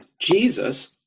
Jesus